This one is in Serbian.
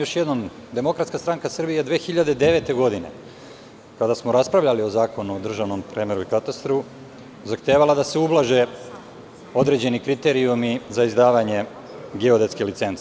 Još jednom da ponovim da je DSS 2009. godine kada smo raspravljali o Zakonu o državnom premeru i katastru zahtevala da se ublaže određeni kriterijumi za izdavanje geodetske licence.